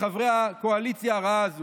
מחברי הקואליציה הרעה הזו,